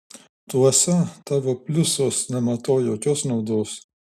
tuose tavo pliusuos nematau jokios naudos